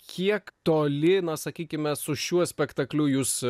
kiek toli na sakykime su šiuo spektakliu jūs